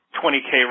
20k